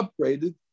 upgraded